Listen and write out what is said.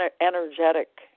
energetic